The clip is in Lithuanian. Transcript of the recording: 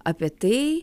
apie tai